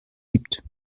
gibt